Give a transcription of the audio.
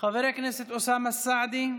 חבר הכנסת אוסאמה סעדי,